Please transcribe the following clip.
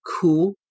cool